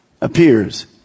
appears